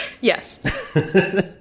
Yes